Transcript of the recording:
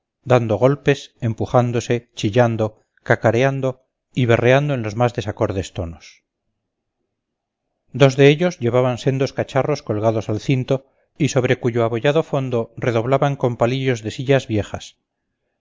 dando golpes empujándose chillando cacareando y berreando en los más desacordes tonos dos de ellos llevaban sendos cacharros colgados al cinto y sobre cuyo abollado fondo redoblaban con palillos de sillas viejas